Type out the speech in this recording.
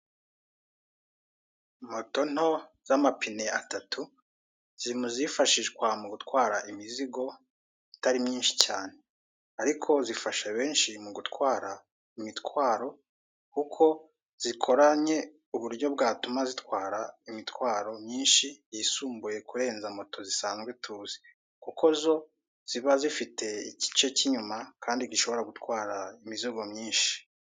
Moto nto zamapine atatu ziri mu zifashishwa mu gutwara imizigo itari myinshi cyane. Ariko zifasha benshi mu gutwara imitwaro kuko zikoranye uburyo bwatuma zitwara imitwaro myinshi yisumbuye kurenza moto zisanzwe tuzi. Kuko zo zibazifite igice kinyuma kandi gishobora gutwara imizigo myinshi.